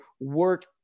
work